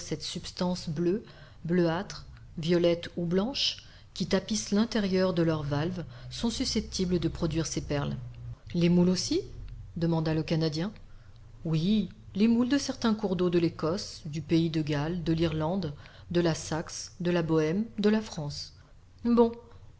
substance bleue bleuâtre violette ou blanche qui tapisse l'intérieur de leurs valves sont susceptibles de produire des perles les moules aussi demanda le canadien oui les moules de certains cours d'eau de l'ecosse du pays de galles de l'irlande de la saxe de la bohème de la france bon